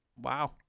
Wow